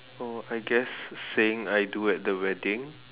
oh I guess saying I do at the wedding